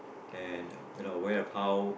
and you know aware of how